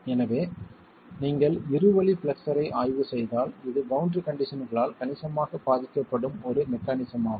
எனவே நீங்கள் இருவழி பிளெக்ஸ்ஸர்ரை ஆய்வு செய்தால் இது பவுண்டரி கண்டிஷன்களால் கணிசமாக பாதிக்கப்படும் ஒரு மெக்கானிசம் ஆகும்